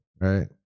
Right